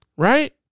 Right